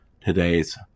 today's